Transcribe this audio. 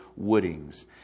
woodings